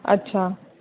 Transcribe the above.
अच्छा